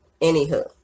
Anywho